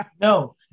No